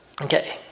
Okay